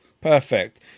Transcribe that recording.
Perfect